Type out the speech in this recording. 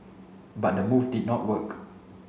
but the move did not work